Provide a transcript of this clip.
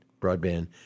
broadband